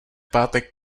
pátek